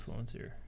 influencer